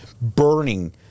burning